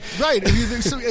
right